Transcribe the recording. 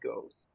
goes